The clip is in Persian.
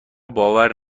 باور